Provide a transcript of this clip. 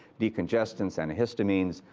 decongestants, antihistamines.